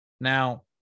Now